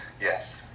Yes